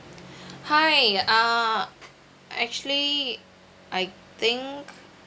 hi uh actually I think